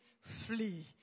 flee